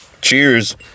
Cheers